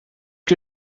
que